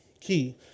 key